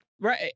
Right